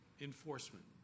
Enforcement